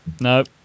Nope